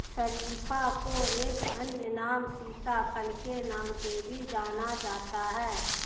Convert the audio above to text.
शरीफा को एक अन्य नाम सीताफल के नाम से भी जाना जाता है